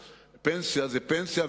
יודע שפנסיה זה פנסיה,